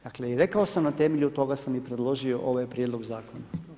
Dakle, i rekao sam na temelju toga sam i predložio ovaj Prijedlog zakona.